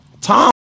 Tom